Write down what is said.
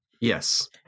Yes